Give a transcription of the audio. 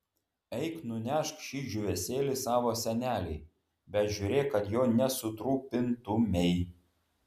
eik nunešk šį džiūvėsėlį savo senelei bet žiūrėk kad jo nesutrupintumei